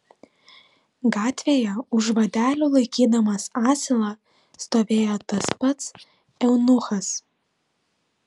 gatvėje už vadelių laikydamas asilą stovėjo tas pats eunuchas